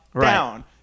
down